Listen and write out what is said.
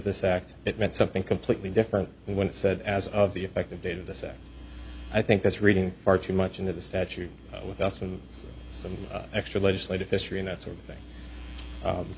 this act it meant something completely different when it said as of the effective date of this act i think that's reading far too much into the statute with death and some extra legislative history and that sort of thing